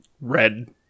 red